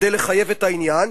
כדי לחייב את העניין,